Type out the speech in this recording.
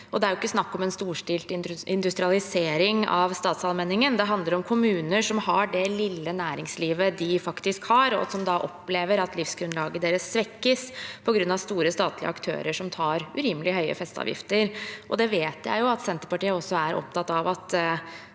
det er ikke snakk om en storstilt industrialisering av statsallmenningen. Det handler om kommuner som har det lille næringslivet de faktisk har, og som opplever at livsgrunnlaget deres svekkes på grunn av store statlige aktører som tar urimelig høye festeavgifter. Jeg vet at Senterpartiet også er opptatt av